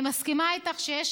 אני מסכימה איתך שיש